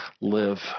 Live